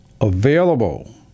available